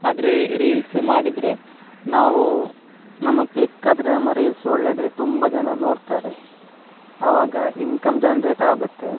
ಆದರೆ ರೀಲ್ಸ್ ಮಾಡಿದರೆ ನಾವು ನಮ್ಮದು ಕ್ಲಿಕ್ಕಾದರೆ ನಮ್ಮ ರೀಲ್ಸ್ ಒಳ್ಳೆ ಇದ್ರೆ ತುಂಬ ಜನ ನೋಡ್ತಾರೆ ಆವಾಗ ಇನ್ಕಮ್ ಜನ್ರೇಟ್ ಆಗುತ್ತೆ